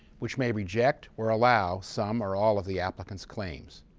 which may reject or allow some or all of the applicant's claims.